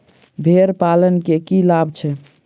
भेड़ पालन केँ की लाभ छै?